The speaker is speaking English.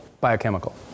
biochemical